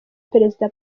perezida